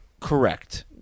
correct